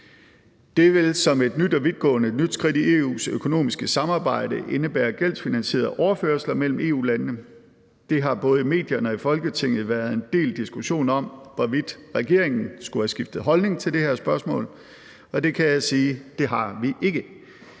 Det vil som et nyt og vidtgående skridt i EU's økonomiske samarbejde indebære gældsfinansierede overførsler mellem EU-landene. Der har både i medierne og i Folketinget været en del diskussion om, hvorvidt regeringen skulle have skiftet holdning til det her spørgsmål, og jeg kan sige, at det har vi ikke.